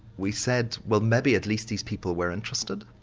we said well maybe at least these people were interested,